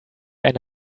eine